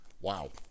wow